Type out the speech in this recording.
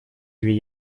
две